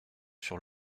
sur